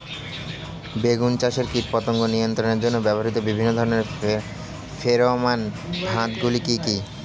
বেগুন চাষে কীটপতঙ্গ নিয়ন্ত্রণের জন্য ব্যবহৃত বিভিন্ন ধরনের ফেরোমান ফাঁদ গুলি কি কি?